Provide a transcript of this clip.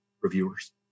reviewers